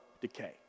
decay